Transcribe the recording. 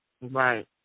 Right